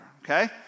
okay